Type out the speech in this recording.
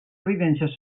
evidències